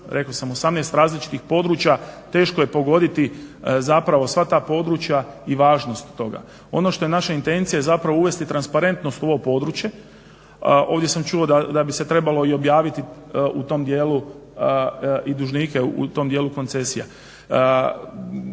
se radi o 18 različitih područja, teško je pogoditi zapravo sva ta područja i važnost toga. Ono što je naša intencija je zapravo uvesti transparentnost u ovo područje. Ovdje sam čuo da bi se trebalo i objaviti i dužnike u tom dijelu koncesija.